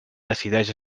decideix